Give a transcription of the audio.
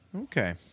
Okay